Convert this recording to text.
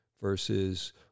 versus